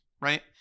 Right